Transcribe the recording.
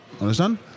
understand